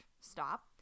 stop